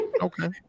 Okay